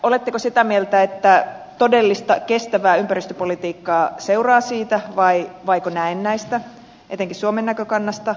oletteko sitä mieltä että todellista kestävää ympäristöpolitiikkaa seuraa siitä vaiko näennäistä etenkin suomen näkökannalta